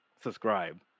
Subscribe